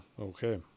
Okay